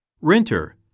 Renter